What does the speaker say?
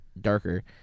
darker